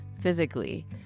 physically